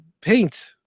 paint